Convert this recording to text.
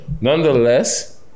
nonetheless